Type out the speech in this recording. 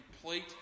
complete